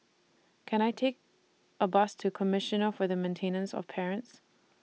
Can I Take A Bus to Commissioner For The Maintenance of Parents